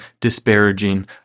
disparaging